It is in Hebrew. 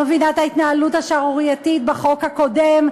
אני לא מבינה את ההתנהלות השערורייתית בחוק הקודם,